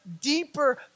Deeper